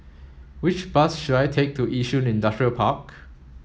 which bus should I take to Yishun Industrial Park